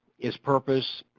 his purpose,